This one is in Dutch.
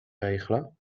regelen